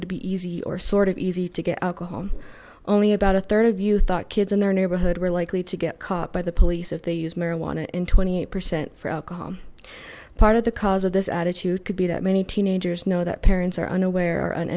would be easy or sort of easy to get alcohol only about a third of you thought kids in their neighborhood were likely to get caught by the police if they use marijuana in twenty eight percent for alcohol part of the cause of this attitude could be that many teenagers know that parents